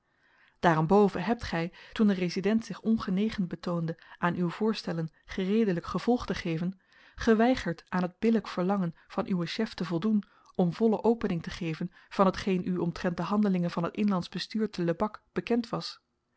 daarenboven hebt gij toen de resident zich ongenegen betoonde aan uw voorstellen gereedelijk gevolg te geven geweigerd aan het billijk verlangen van uwen chef te voldoen om volle opening te geven van hetgeen u omtrent de handelingen van het inlandsch bestuur te lebak bekend was